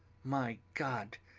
my god,